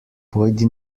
pojdi